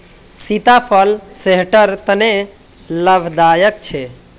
सीताफल सेहटर तने लाभदायक छे